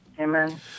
Amen